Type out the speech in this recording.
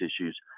issues